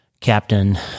captain